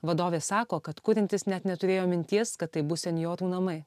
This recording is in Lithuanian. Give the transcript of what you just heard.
vadovė sako kad kuriantis net neturėjo minties kad tai bus senjorų namai